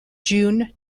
june